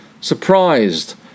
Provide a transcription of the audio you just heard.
Surprised